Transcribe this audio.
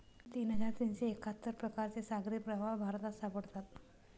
तीन हजार तीनशे एक्काहत्तर प्रकारचे सागरी प्रवाह भारतात सापडतात